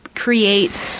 create